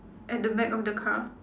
at the back of the car